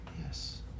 Yes